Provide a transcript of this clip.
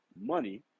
money